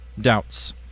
doubts